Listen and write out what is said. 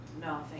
No